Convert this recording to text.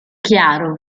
chiaro